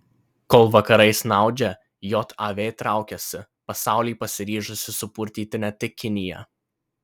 kol vakarai snaudžia jav traukiasi pasaulį pasiryžusi supurtyti ne tik kinija